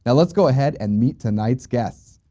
and let's go ahead and meet tonight's guests.